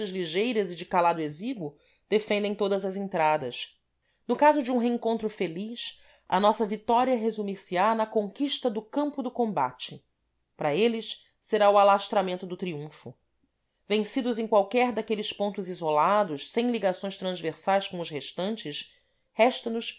ligeiras e de calado exíguo defendem todas as entradas no caso de um reencontro feliz a nossa vitória resumir se á na conquista do campo do combate para eles será o alastramento do triunfo vencidos em qualquer daqueles pontos isolados sem ligações transversais com os restantes resta nos